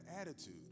attitude